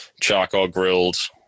charcoal-grilled